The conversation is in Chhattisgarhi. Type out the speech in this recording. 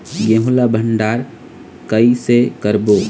गेहूं ला भंडार कई से करबो?